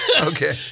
Okay